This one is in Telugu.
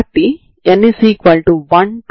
ఇక్కడ వాస్తవానికి 0 నుండి 0 కి మారుతూ ఉంటుంది సరేనా